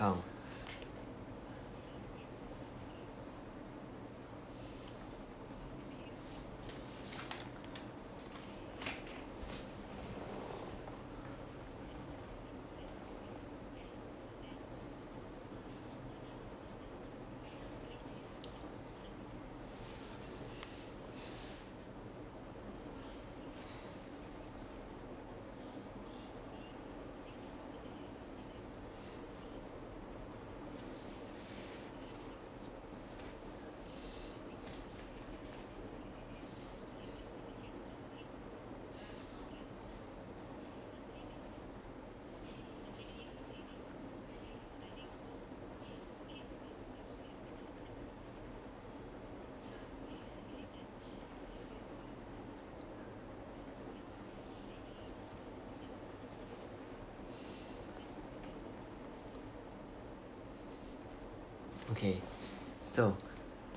okay so